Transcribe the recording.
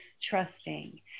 trusting